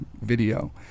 video